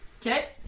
Okay